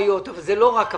אבל זה לא רק הפטקא,